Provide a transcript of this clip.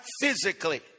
physically